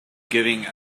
giving